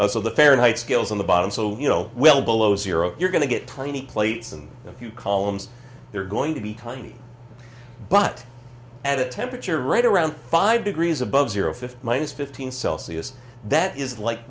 so the fahrenheit scales on the bottom so you know well below zero you're going to get twenty plates and a few columns they're going to be kind but at a temperature right around five degrees above zero fifty minus fifteen celsius that is like